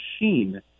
machine